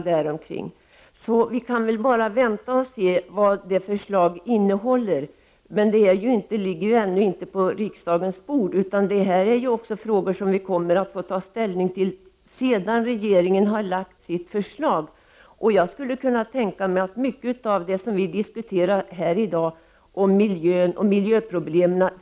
Därför kan vi väl vänta och se vilka förslag som kommer. Ännu ligger det ju ingenting på riksdagens bord. Det här är ju frågor som vi kommer att få ta ställning till efter det att regeringen har lagt fram sitt förslag. Jag kan tänka mig att mycket av det som vi diskuterar här i dag om miljön finns med.